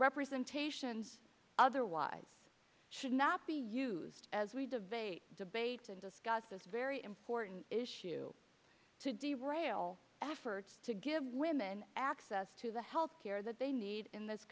representations otherwise should not be used as we debate this very important issue to the rail efforts to give women access to the health care that they need in this